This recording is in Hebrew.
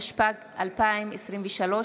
התשפ"ג 2023,